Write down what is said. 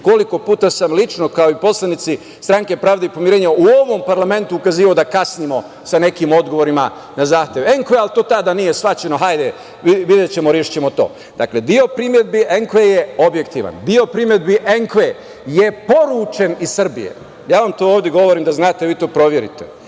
koliko puta sam lično, kao i poslanici Stranke pravde i pomirenja u ovom parlamentu ukazivao da kasnimo sa nekim odgovorima na zahtev ENKVA, ali to tada nije shvaćeno, hajde videćemo, rešićemo to. Dakle, deo primedbi ENKVA je objektivan, deo primedbi ENKVA je poručen iz Srbije. Ja vam to ovde govorim da znate, vi to proverite. Mi